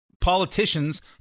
politicians